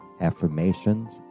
affirmations